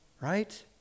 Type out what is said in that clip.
right